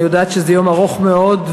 אני יודעת שזה יום ארוך מאוד,